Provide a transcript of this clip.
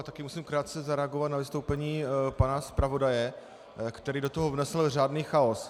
Také musím krátce zareagovat na vystoupení pana zpravodaje, který do toho vnesl řádný chaos.